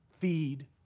feed